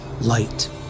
light